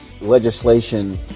legislation